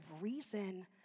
reason